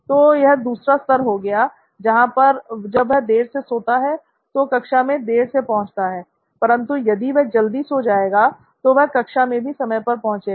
तो यह दूसरा स्तर हो गया जहां पर जब वह देर से सोता है तो कक्षा में देर से पहुंचता है परंतु यदि वह जल्दी सो जाएगा तो वह कक्षा में भी समय पर पहुंचेगा